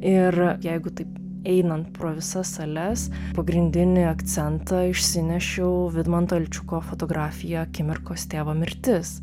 ir jeigu taip einant pro visas sales pagrindinį akcentą išsinešiau vidmanto ilčiuko fotografiją akimirkos tėvo mirtis